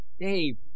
Dave